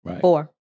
Four